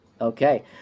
Okay